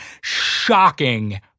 shocking